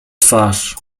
twarz